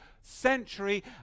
century